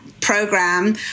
program